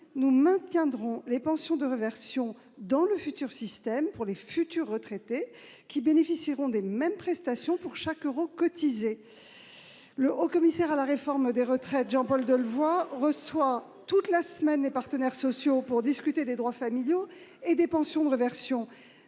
nous maintiendrons les pensions de réversion dans le futur système pour les futurs retraités qui bénéficieront des mêmes prestations, pour chaque euro cotisé. Le Haut-Commissaire à la réforme des retraites, Jean-Paul Delevoye, reçoit toute la semaine les partenaires sociaux pour discuter des droits familiaux et des pensions de réversion.